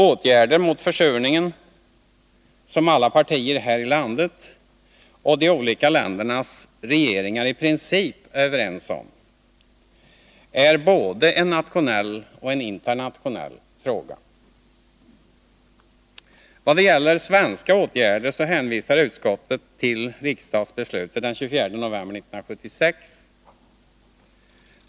Åtgärder mot försurningen, som alla partier här i landet och de olika berörda ländernas regeringar i princip är överens om, är både en nationell och en internationell fråga. Vad gäller svenska åtgärder så hänvisar utskottet till riksdagsbeslutet den 24 november 1976.